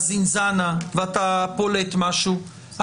בזינזאנה והוא פולט משהו, יכול לשמש נגדו?